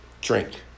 Drink